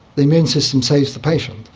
the immune system saves the patient.